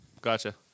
Gotcha